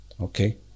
Okay